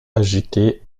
agité